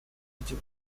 видел